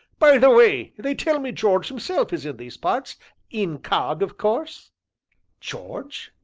by the way, they tell me george himself is in these parts incog. of course george?